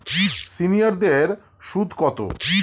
সিনিয়ারদের সুদ কত?